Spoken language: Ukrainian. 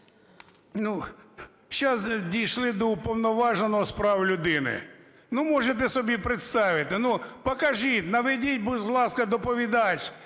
сейчас дійшли до Уповноваженого з прав людини. Можете собі представити, покажіть, наведіть, будь ласка, доповідач,